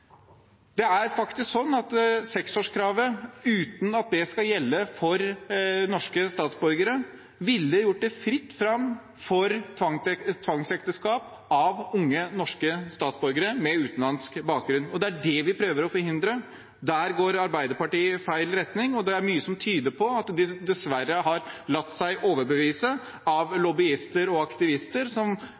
Det er faktisk sånn at uten at seksårskravet skal gjelde for norske statsborgere, ville det blitt fritt fram for tvangsekteskap for unge norske statsborgere med utenlandsk bakgrunn. Det er det vi prøver å forhindre. Der går Arbeiderpartiet i feil retning, og det er mye som tyder på at de dessverre har latt seg overbevise av lobbyister og aktivister som